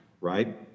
right